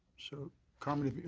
so carmen,